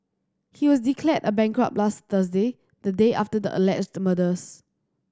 he was declared a bankrupt last Thursday the day after the alleged murders